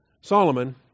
Solomon